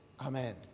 Amen